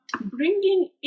bringing